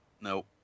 Nope